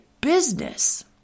business